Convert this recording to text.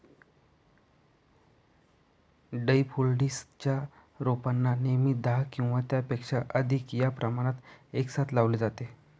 daffodils च्या रोपांना नेहमी दहा किंवा त्यापेक्षा अधिक या प्रमाणात एकसाथ लावले जाते